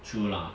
true lah